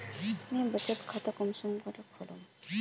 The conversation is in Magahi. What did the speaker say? मुई बचत खता कुंसम करे खोलुम?